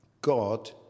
God